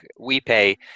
WePay